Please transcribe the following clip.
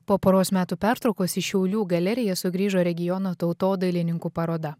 po poros metų pertraukos į šiaulių galeriją sugrįžo regiono tautodailininkų paroda